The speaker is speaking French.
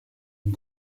une